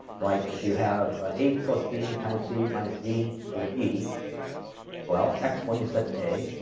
like if you have ah a plus b times c minus d over e well, x one you set to a.